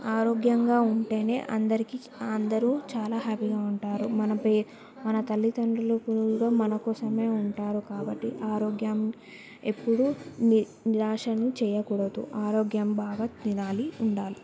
ఆరోగ్యంగా ఉంటేనే అందరికీ అందరూ చాలా హ్యాపీగా ఉంటారు మన పే మన తల్లిదండ్రులు కూడా మనకోసమే ఉంటారు కాబట్టి ఆరోగ్యం ఎప్పుడూ ని నిరాశను చేయకూడదు ఆరోగ్యం బాగా తినాలి ఉండాలి